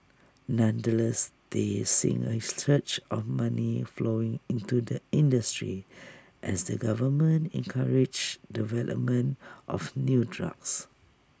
nonetheless they seeing A of money flowing into the industry as the government encourages development of new drugs